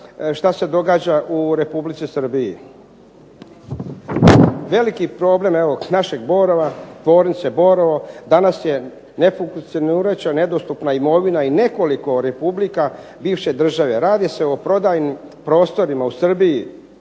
što se događa u Republici Srbiji. Veliki problem naše Tvornice Borovo danas je nefunkcionirajuća i nedostupna imovina i nekoliko republika bivše države. Radi se o prodajnim prostorima u Srbiji.